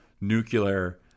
nuclear